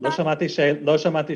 לא שמעתי שאלה.